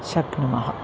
शक्नुमः